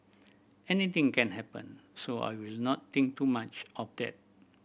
anything can happen so I will not think too much of that